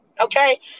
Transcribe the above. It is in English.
okay